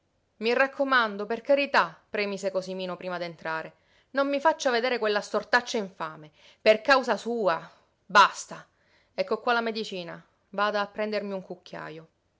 i raccomando per carità premise cosimino prima d'entrare non mi faccia vedere quella stortaccia infame per causa sua basta ecco qua la medicina vada a prendermi un cucchiajo